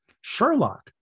Sherlock